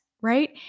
right